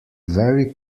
very